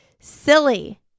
silly